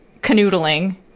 canoodling